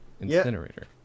incinerator